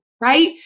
Right